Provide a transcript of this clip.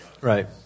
Right